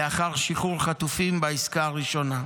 לאחר שחרור חטופים בעסקה הראשונה.